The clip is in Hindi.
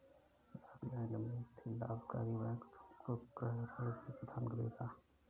ऑकलैंड में स्थित लाभकारी बैंक तुमको गृह ऋण भी प्रदान कर देगा